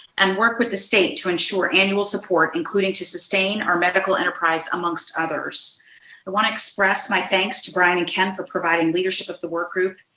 and work with the state to ensure annual support, including to sustain our medical enterprise enterprise amongst others. i want to express my thanks to brian and ken for providing leadership of the work group.